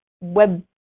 web